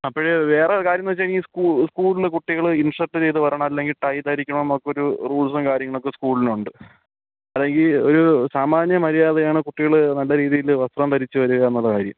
അപ്പഴ് വേറെ ഒരു കാര്യമെന്നു വച്ചു കഴിഞ്ഞാൽ ഈ സ്കൂളിൽ കുട്ടികൾ ഇൻ ഷർട്ട് ചെയ്തു വരണം അല്ലെങ്കിൽ ടൈ ധരിക്കണം എന്നൊക്കെ ഒരു റൂൾസും കാര്യങ്ങളുമൊക്കെ ഈ സ്കൂളിനുണ്ട് അതായത് ഈ ഒരു സാമാന്യ മര്യാദയാണ് കുട്ടികൾ നല്ല രീതിയിൽ വസ്ത്രം ധരിച്ചു വരിക എന്നുള്ള കാര്യം